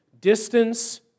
Distance